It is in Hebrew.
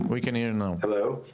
(תרגום חופשי מאנגלית):